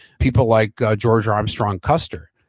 people like george armstrong custer,